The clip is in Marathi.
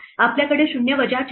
आपल्याकडे शून्य वजा चार आहेत